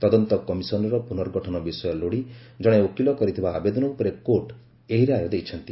ତଦନ୍ତ କମିଶନ୍ର ପୁନର୍ଗଠନ ବିଷୟ ଲୋଡ଼ି କଣେ ଓକିଲ କରିଥିବା ଆବେଦନ ଉପରେ କୋର୍ଟ ଏହି ରାୟ ଦେଇଛନ୍ତି